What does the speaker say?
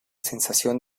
sensación